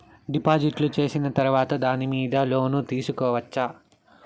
డిపాజిట్లు సేసిన తర్వాత దాని మీద లోను తీసుకోవచ్చా?